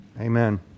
Amen